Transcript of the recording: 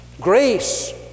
Grace